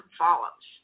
follows